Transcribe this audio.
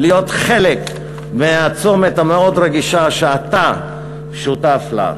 להיות חלק מהצומת המאוד-רגיש שאתה שותף לו.